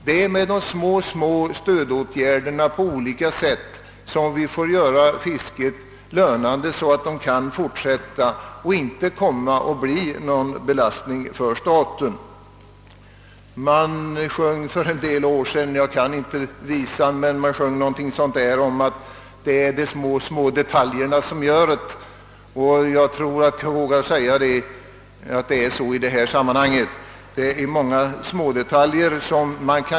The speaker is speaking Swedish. Det är med små stödåtgärder som vi får göra fisket lönande, så att fiskarna kan fortsätta att utöva sin näring utan att bli en belastning för staten. Man sjöng för en del år sedan något om att »det är de små, små detaljerna som gör'et», och jag tror jag vågar säga att det förhåller sig så i detta fall.